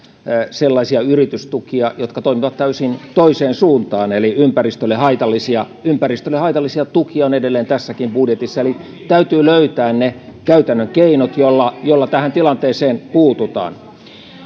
sellaisia yritystukia jotka toimivat täysin toiseen suuntaan eli ympäristölle haitallisia ympäristölle haitallisia tukia on edelleen tässäkin budjetissa eli täytyy löytää ne käytännön keinot joilla tähän tilanteeseen puututaan